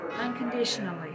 unconditionally